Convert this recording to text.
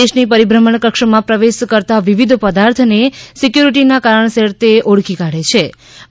દેશની પરિભ઼મણ કક્ષમાં પ્રવેશ કરતા વિવિધ પદાર્થને સિકયુરીટીના કારણસર તે ઓળખી કાઢેછે